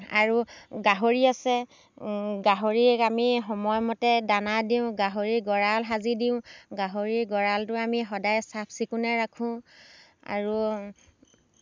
আৰু গাহৰি আছে গাহৰিক আমি সময় মতে দানা দিওঁ গাহৰিৰ গঁড়াল সাজি দিওঁ গাহৰিৰ গঁড়ালটো আমি সদায় চাফ চিকুণাই ৰাখোঁ আৰু